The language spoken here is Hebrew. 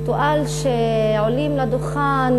ריטואל שעולים לדוכן,